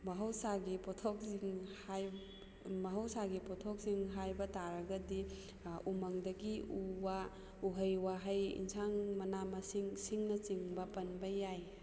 ꯃꯍꯧꯁꯥꯒꯤ ꯄꯣꯊꯣꯛꯁꯤꯡ ꯃꯍꯧꯁꯥꯒꯤ ꯄꯣꯊꯣꯛꯁꯤꯡ ꯍꯥꯏꯕ ꯇꯥꯔꯒꯗꯤ ꯎꯃꯪꯗꯒꯤ ꯎ ꯋꯥ ꯎꯍꯩ ꯋꯥꯍꯩ ꯏꯟꯁꯥꯡ ꯃꯅꯥ ꯃꯁꯤꯡ ꯁꯤꯡꯅꯆꯤꯡꯕ ꯄꯟꯕ ꯌꯥꯏ